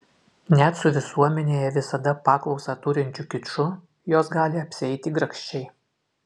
net su visuomenėje visada paklausą turinčiu kiču jos gali apsieiti grakščiai